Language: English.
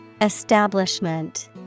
Establishment